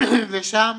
ושם